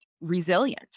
resilient